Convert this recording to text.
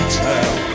tell